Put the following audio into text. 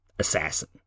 assassin